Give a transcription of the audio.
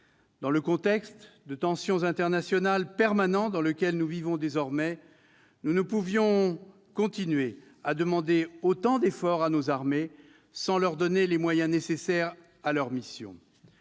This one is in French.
Dans le contexte de tensions internationales permanent dans lequel nous vivons désormais, nous ne pouvions continuer à demander autant d'efforts à nos armées sans leur donner les moyens nécessaires à leur mission.